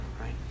right